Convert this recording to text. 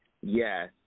Yes